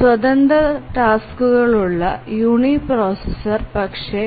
സ്വതന്ത്ര ടാസ്ക്കുകളുള്ള യൂണിപ്രൊസസ്സർ പക്ഷേ